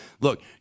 look